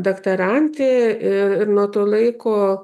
doktorantė ir nuo to laiko